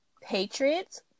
Patriots